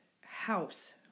house